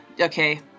okay